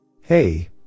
Hey